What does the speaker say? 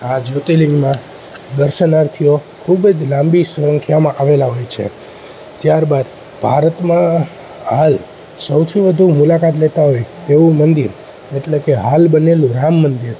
આ જ્યોતિર્લિંગમાં દર્શનાર્થીઓ ખૂબ જ લાંબી સંખ્યામાં આવેલા હોય છે ત્યારબાદ ભારતમાં હાલ સૌથી વધુ મુલાકાત લેતા હોય એવું મંદિર એટલે કે હાલ બનેલું રામ મંદિર